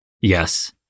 Yes